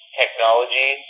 technology